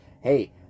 hey